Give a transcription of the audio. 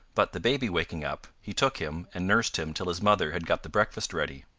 but the baby waking up, he took him, and nursed him till his mother had got the breakfast ready.